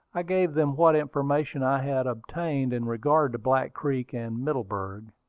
i gave them what information i had obtained in regard to black creek and middleburg,